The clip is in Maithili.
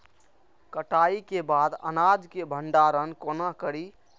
कटाई के बाद अनाज के भंडारण कोना करी?